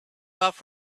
off